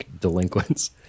delinquents